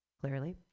clearly